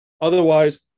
otherwise